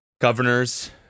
governors